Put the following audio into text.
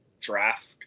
draft